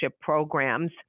programs